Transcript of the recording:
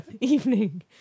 evening